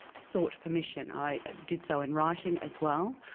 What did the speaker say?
sought permission. i did so in writing as well.